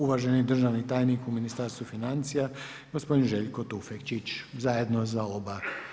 Uvaženi državni tajnik u Ministarstvu financija, gospodin Željko Tufekčić, zajedno za oba.